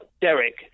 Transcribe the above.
Derek